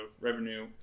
revenue